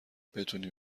بتونی